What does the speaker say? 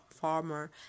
farmer